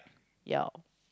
ya